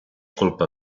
culpa